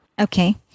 okay